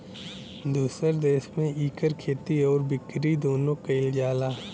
दुसर देस में इकर खेती आउर बिकरी दुन्नो कइल जाला